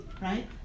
right